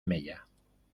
mella